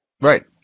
Right